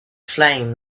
flame